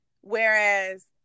whereas